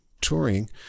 touring